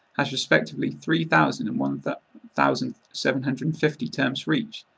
has respectively three thousand and one thousand seven hundred and fifty terms for each.